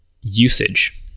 usage